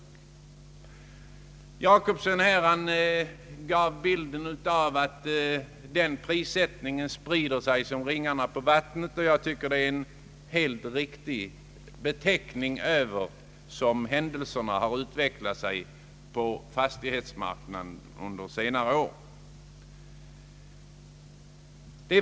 Herr Jacobsson tecknade den bilden att prisstegringen sprider sig som ringar på vattnet, och jag tycker att den beskrivningen är alldeles riktig, så som förhållandena har utvecklat sig på fastighetsmarknaden under senare år.